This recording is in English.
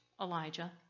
Elijah